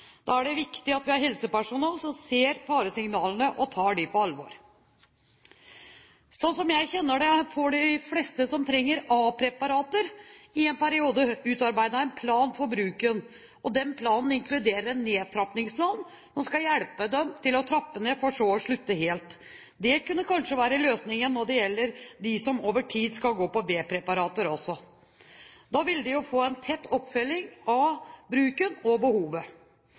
Da er det viktig at vi har helsepersonell som ser faresignalene og tar dem på alvor. Slik jeg kjenner det, får de fleste som trenger A-preparater i en periode, utarbeidet en plan for bruken, og den planen inkluderer en nedtrappingsplan som skal hjelpe dem til å trappe ned, for så å slutte helt. Dét kunne kanskje være løsningen også for dem som over tid skal gå på B-preparater. Da ville de jo få en tett oppfølging av bruken og behovet.